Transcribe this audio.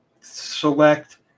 select